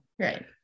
Right